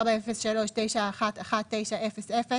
24.03.911900,